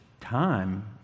time